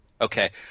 Okay